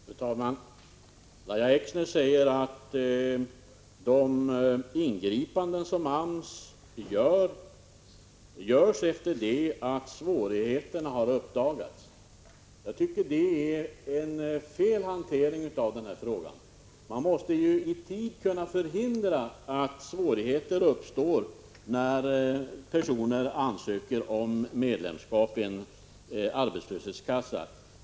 Fru talman! Lahja Exner säger att de ingripanden som AMS gör sker efter det att svårigheter har uppdagats. Jag tycker att det är en felaktig hantering. Man måste ju i tid kunna förhindra att svårigheter uppstår när personer ansöker om medlemskap i en arbetslöshetskassa.